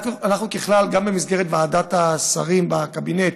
ככלל, גם במסגרת ועדת השרים בקבינט